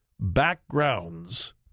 backgrounds